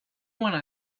wanna